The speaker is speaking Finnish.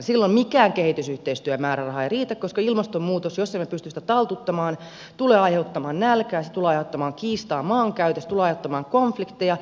silloin mikään kehitysyhteistyömääräraha ei riitä koska ilmastonmuutos jos emme pysty sitä taltuttamaan tulee aiheuttamaan nälkää se tulee aiheuttamaan kiistaa maankäytöstä se tulee aiheuttamaan konflikteja